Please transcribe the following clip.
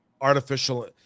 artificial